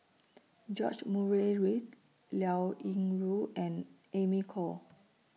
George Murray Reith Liao Yingru and Amy Khor